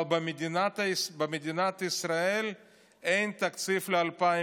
אבל במדינת ישראל אין תקציב ל-2020.